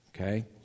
Okay